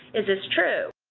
is this true?